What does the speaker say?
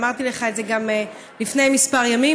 ואמרתי לך את זה גם לפני כמה ימים.